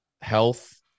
health